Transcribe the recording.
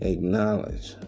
Acknowledge